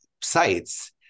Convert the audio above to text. sites